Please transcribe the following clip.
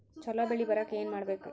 ಛಲೋ ಬೆಳಿ ಬರಾಕ ಏನ್ ಮಾಡ್ಬೇಕ್?